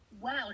wow